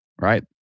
Right